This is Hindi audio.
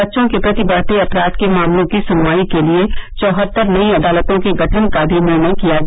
बच्चों के प्रति बढ़ते अपराध के मामलों की सुनवाई के लिए चौहत्तर नयी अदालतों के गठन का भी निर्णय किया गया